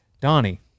Donnie